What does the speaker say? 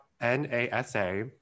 N-A-S-A